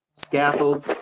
scaffolds,